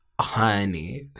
honey